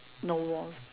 no war